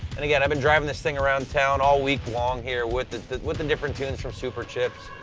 and, again, i've been driving this thing around town all week long here with the with the different tunes from superchips,